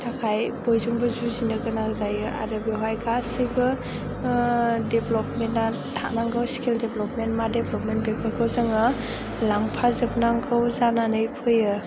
थाखाय बयजोंबो जुजिनो गोनां जायो आरो बेवहाय गासैबो डेभेलपमेन्टआ थानांगौ स्किल डभेलपमेन्ट मा डेभेलपमेन्ट बेफोरखौ जों लांफाजोबनांगौ जानानै फैयो